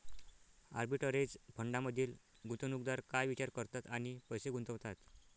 Arbitrage फंडांमधील गुंतवणूकदार काय विचार करतात आणि पैसे गुंतवतात?